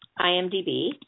IMDb